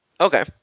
Okay